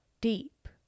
Deep